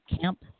Camp